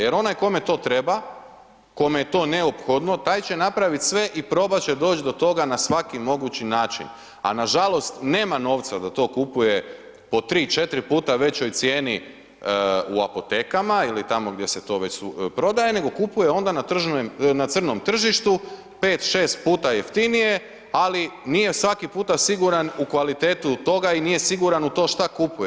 Jer onaj kome to treba, kome je to neophodno taj će napraviti sve i probati će doći do toga na svaki mogući način, a nažalost, nema novca da to kupuje po 3-4 puta većoj cijeni u apotekama ili tamo gdje se to već prodaje, nego kupuje onda na crnom tržištu 5-6 puta jeftinije, ali nije svaki puta siguran u kvalitetu toga i nije siguran u to što kupuje.